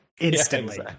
instantly